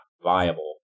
viable